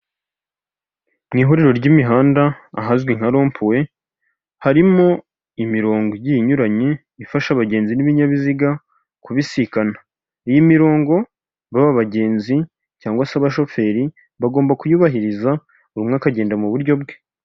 Mu ihuriro ry'imihanda ahazwi nka rompuwe, harimo imirongo igi inyuranye ifasha abagenzi n'ibinyabiziga kubisikana. Iyimirongo baba bagenzi cyangwa se abashoferi, bagomba kuyubahiriza buri umwe akagenda mu buryo bwe.